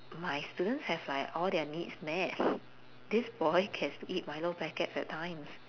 my students have like all their needs met this boy has to eat milo packets at times